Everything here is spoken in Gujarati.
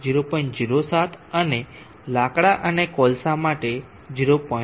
07 અને લાકડા કોલસો માટે 0